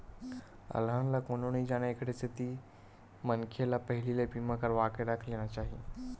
अलहन ला कोनो नइ जानय ओखरे सेती मनखे ल पहिली ले ही बीमा करवाके रख लेना चाही